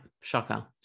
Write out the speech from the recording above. shocker